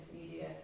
media